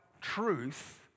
truth